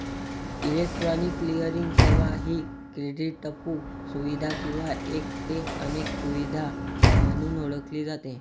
electronic clearing सेवा ही क्रेडिटपू सुविधा किंवा एक ते अनेक सुविधा म्हणून ओळखली जाते